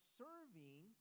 serving